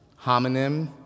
homonym